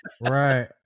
right